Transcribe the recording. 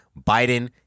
Biden